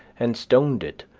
and stoned it,